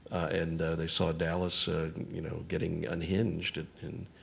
and they saw dallas ah you know getting unhinged